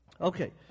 Okay